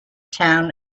town